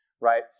right